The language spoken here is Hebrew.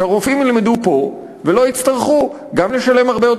שהרופאים ילמדו פה ולא יצטרכו גם לשלם הרבה יותר